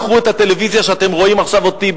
קחו את הטלוויזיה שאתם רואים בה עכשיו אותי,